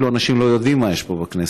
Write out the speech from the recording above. אנשים אפילו לא יודעים מה יש פה בכנסת,